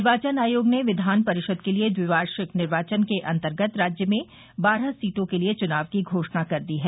निर्वाचन आयोग ने विधान परिषद के लिए द्विवार्षिक निर्वाचन के अंतर्गत राज्य में बारह सीटों के लिये चूनाव की घोषणा कर दी है